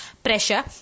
Pressure